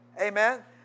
Amen